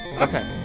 Okay